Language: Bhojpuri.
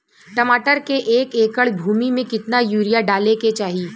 टमाटर के एक एकड़ भूमि मे कितना यूरिया डाले के चाही?